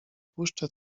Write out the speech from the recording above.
puszczę